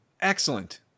excellent